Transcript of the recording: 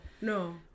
no